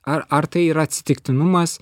ar ar tai yra atsitiktinumas